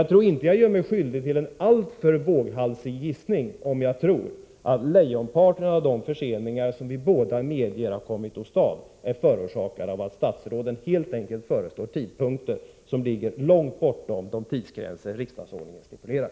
Jag tror dock inte jag gör mig skyldig till en alltför våghalsig gissning om jag framkastar att lejonparten av de förseningar som vi båda medger har kommits åstad är förorsakade av att statsråden helt enkelt föreslår tidpunkter som ligger långt bortom de tidsgränser riksdagsordningen stipulerar.